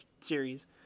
series